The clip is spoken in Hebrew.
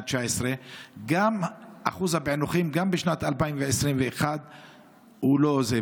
119. גם אחוז הפיענוחים בשנת 2021 הוא לא זה.